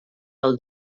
del